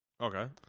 Okay